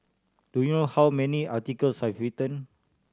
do you know how many articles I've written